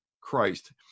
Christ